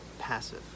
passive